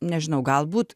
nežinau galbūt